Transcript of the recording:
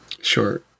Sure